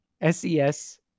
S-E-S